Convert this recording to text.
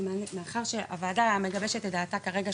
מאחר והוועדה מגבשת את דעתה כרגע,